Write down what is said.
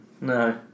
No